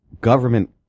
government